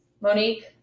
Monique